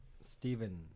Steven